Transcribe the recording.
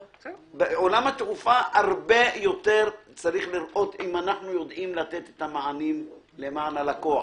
בעולם התעופה צריך לראות אם אנחנו יודעים לתת את המענים למען הלקוח.